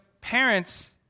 parents